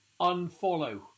unfollow